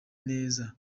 neza